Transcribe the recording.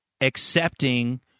accepting